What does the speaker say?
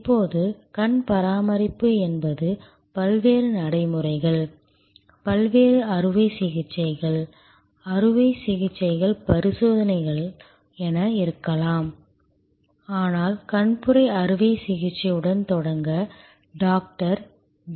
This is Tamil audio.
இப்போது கண் பராமரிப்பு என்பது பல்வேறு நடைமுறைகள் பல்வேறு அறுவை சிகிச்சைகள் அறுவை சிகிச்சைகள் பரிசோதனைகள் என இருக்கலாம் ஆனால் கண்புரை அறுவை சிகிச்சையுடன் தொடங்க டாக்டர் V